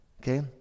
Okay